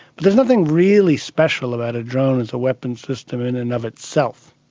but there's nothing really special about a drone as a weapons system in and of itself,